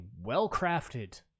well-crafted